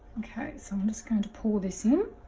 okay so i'm just going to pull this in